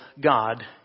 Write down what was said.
God